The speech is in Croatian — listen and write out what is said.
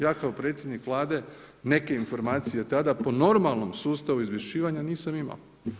Ja kao predsjednik Vlade neke informacije tada po normalnom sustavu izvješćivanja nisam imao.